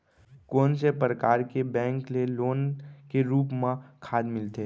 कोन से परकार के बैंक ले लोन के रूप मा खाद मिलथे?